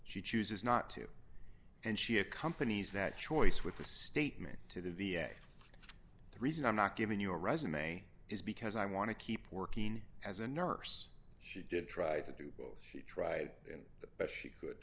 she chooses not to and she accompanies that choice with the statement to the v a the reason i'm not giving your resume is because i want to keep working as a nurse she did try to do both she tried and the best she could